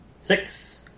Six